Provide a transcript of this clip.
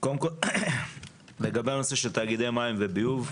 קודם כל, לגבי הנושא של תאגידי מים וביוב: